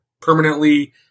permanently